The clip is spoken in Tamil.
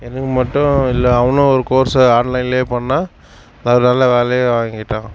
எனக்கு மட்டும் இல்லாய் அவனும் ஒரு கோர்ஸை ஆன்லைன்லேயே பண்ணான் அதனால் வேலையும் வாங்கிட்டான்